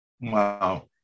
Wow